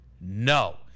No